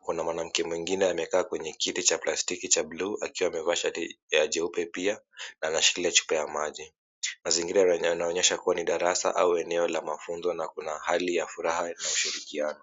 Kuna mwanamke mwingine amekaa kwenye kiti cha plastiki cha buluu akiwa amevaa shati ya jeupe pia na anashikilia chupa ya maji. Mazingira yanaonyesha kuwa ni darasa au eneo la mafunzo na kuna hali ya furaha na mashirikiano.